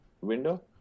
window